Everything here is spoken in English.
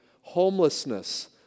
homelessness